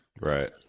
Right